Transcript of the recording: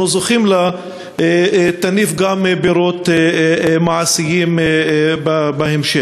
זוכים לה תניב גם פירות מעשיים בהמשך.